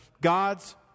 God's